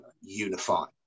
unify